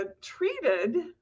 treated